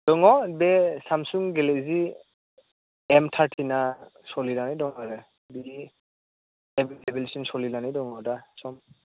दङ बे Samsung Galaxy M thirteen सोलिनानै दं आरो बिदि एभैलेबोलसिन सोलिनानै दङ दा सम